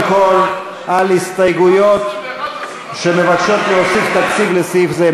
כול על הסתייגויות שמבקשות להוסיף תקציב לסעיף זה.